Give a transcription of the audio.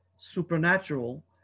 supernatural